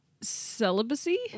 Celibacy